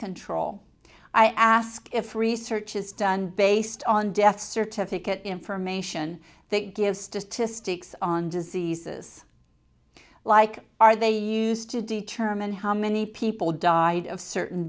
control i asked if research is done based on death certificate information they give statistics on diseases like are they used to determine how many people died of certain